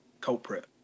culprit